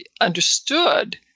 understood